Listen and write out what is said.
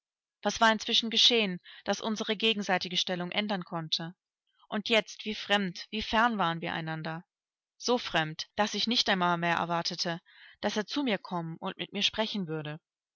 was war inzwischen geschehen das unsere gegenseitige stellung ändern konnte und jetzt wie fremd wie fern waren wir einander so fremd daß ich nicht einmal mehr erwartete daß er zu mir kommen und mit mir sprechen würde